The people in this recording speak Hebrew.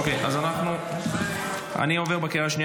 אושרה בקריאה ראשונה,